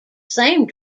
same